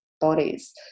bodies